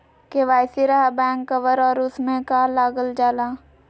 KYC रहा back cover और उसमें का का लागल जाला?